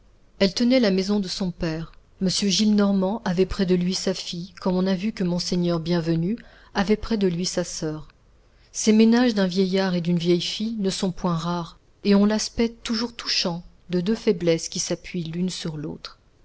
elle tenait la maison de son père m gillenormand avait près de lui sa fille comme on a vu que monseigneur bienvenu avait près de lui sa soeur ces ménages d'un vieillard et d'une vieille fille ne sont point rares et ont l'aspect toujours touchant de deux faiblesses qui s'appuient l'une sur l'autre